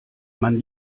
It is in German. man